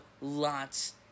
lots